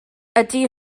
ydy